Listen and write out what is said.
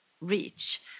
reach